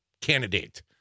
candidate